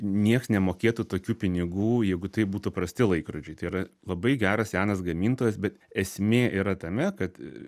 nieks nemokėtų tokių pinigų jeigu tai būtų prasti laikrodžiai tai yra labai geras senas gamintojas bet esmė yra tame kad